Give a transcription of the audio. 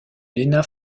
lena